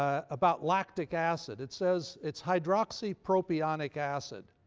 ah about lactic acid, it says it's hydroxypropionic acid.